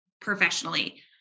professionally